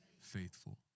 faithful